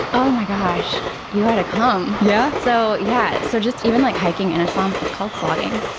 oh my gosh, you gotta come! yeah? so yeah, so just even like hiking in a swamp, it's called slogging,